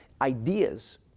ideas